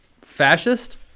Fascist